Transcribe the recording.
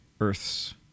Earth's